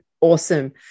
awesome